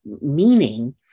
meaning